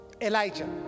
Elijah